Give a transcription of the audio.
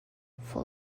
full